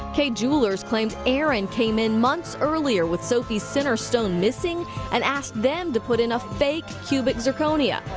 kay jewelers claims aaron came in months earlier with so the center stone missing and asked them to put in a fake cubic sir cone yeah